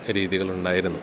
രീതികളുണ്ടായിരുന്നു